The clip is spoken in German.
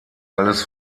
alles